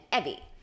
Evie